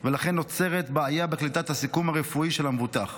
ולכן נוצרת בעיה בקליטת הסיכום הרפואי של המבוטח.